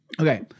Okay